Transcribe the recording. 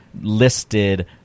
listed